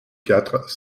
quatre